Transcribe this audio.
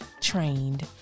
trained